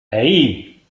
hey